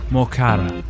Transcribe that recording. Mokara